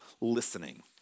listening